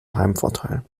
heimvorteil